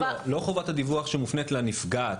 לא חובת דיווח שמופנית לנפגעת.